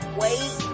wait